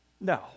No